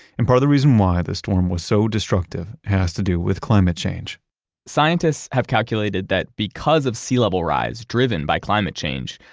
and part of the reason why the storm was so destructive has to do with climate change scientists have calculated that because of sea level rise driven by climate change,